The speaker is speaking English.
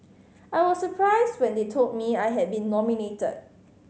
I was surprised when they told me I had been nominated